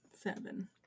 Seven